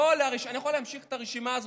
אני יכול להמשיך את הרשימה הזאת,